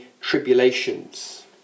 tribulations